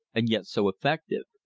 and yet so effective.